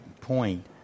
point